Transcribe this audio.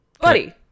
Buddy